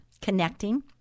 Connecting